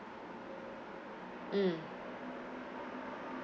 mm